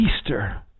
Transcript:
Easter